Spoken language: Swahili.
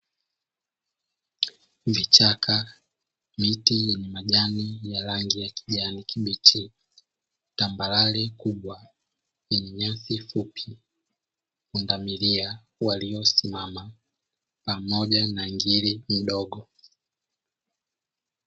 Vichaka, miti yenye majani ya rangi ya kijani kibichi, tambarare kubwa yenye nyasi fupi, pundamilia waliosimama pamoja na ngiri mdogo.